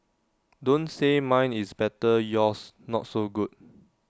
don't say mine is better yours not so good